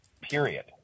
period